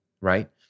right